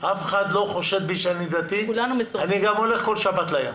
אני גם נוסע כל שבת לים,